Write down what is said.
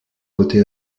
côté